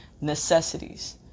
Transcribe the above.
necessities